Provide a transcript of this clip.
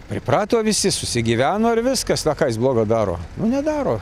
priprato visi susigyveno ir viskas a ką jis blogo daro nu nedaro